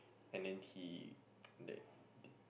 and then he that